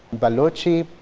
balochi,